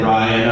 Ryan